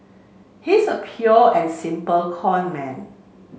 he's a pure and simple conman